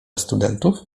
studentów